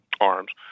arms